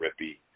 Rippy